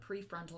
prefrontal